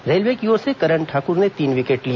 railway की ओर से करन ठाकुर ने तीन विकेट लिए